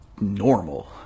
normal